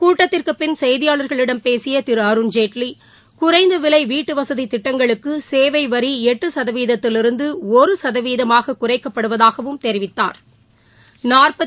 கூட்டத்திற்கு பின் செய்தியாளர்களிடம் பேசிய திரு அருண் ஜெட்லி குறைந்த விலை வீட்டுவசதி திட்டங்களுக்கு சேவை வரி எட்டு சதவிதத்திலிருந்து ஒரு சதவிதமாக குறைக்கப்படுவதாகவும் தெரிவித்தாா்